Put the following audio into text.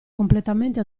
completamente